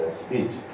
speech